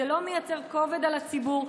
זה לא מייצר כובד על הציבור.